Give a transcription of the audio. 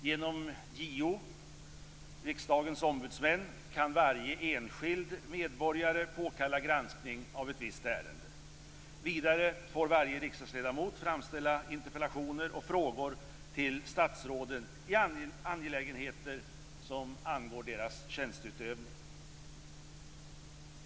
Genom JO - Riksdagens ombudsmän - kan varje enskild medborgare påkalla granskning av visst ärende. Vidare får varje riksdagsledamot framställa interpellationer och frågor till statsråden i angelägenheter som angår deras tjänsteutövning.